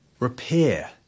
Repair